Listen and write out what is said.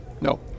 No